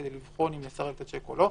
כדי לבחון אם לסרב את השיק או לא?